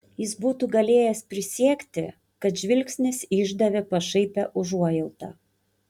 jis būtų galėjęs prisiekti kad žvilgsnis išdavė pašaipią užuojautą